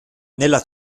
nella